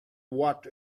what